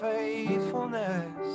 faithfulness